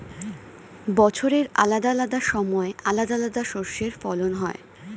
বছরের আলাদা আলাদা সময় আলাদা আলাদা শস্যের ফলন হয়